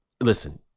listen